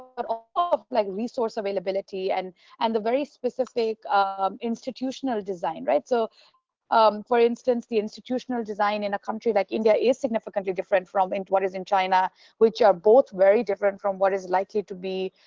but also ah like resource availability and and the very specific um institutional design. so um for instance the institutional design in a country like india is significantly different from and what is in china which are both very different from what is likely to be